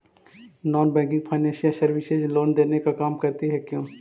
Non banking financial services loan देने का काम करती है क्यू?